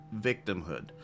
victimhood